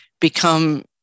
become